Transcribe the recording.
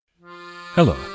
Hello